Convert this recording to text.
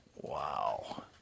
Wow